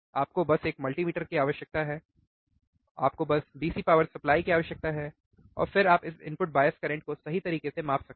आपको बस एक मल्टीमीटर की आवश्यकता है आपको बस DC पावर सप्लाई की आवश्यकता है और फिर आप इस इनपुट बायस करंट को सही तरीके से माप सकते हैं